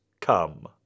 come